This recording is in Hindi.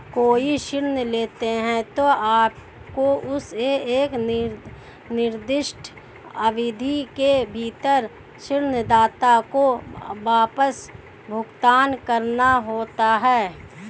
कोई ऋण लेते हैं, तो आपको उसे एक निर्दिष्ट अवधि के भीतर ऋणदाता को वापस भुगतान करना होता है